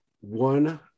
one